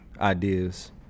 ideas